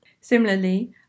Similarly